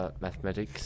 Mathematics